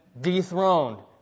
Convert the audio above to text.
dethroned